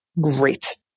great